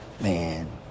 Man